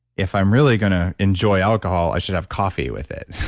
if i'm really going to enjoy alcohol, i should have coffee with it,